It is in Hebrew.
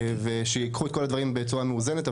ושייקחו את כל הדברים בצורה מאוזנת,